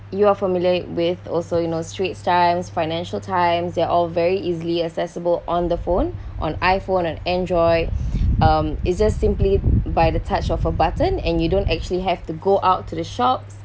you are familiar with also you know straits times financial times they're all very easily accessible on the phone on iphone and enjoy um it's just simply by the touch of a button and you don't actually have to go out to the shops